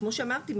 כמו שאמרתי,